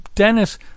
Dennis